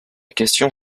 question